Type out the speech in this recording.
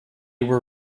were